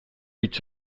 hitz